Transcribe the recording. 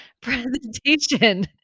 presentation